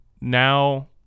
now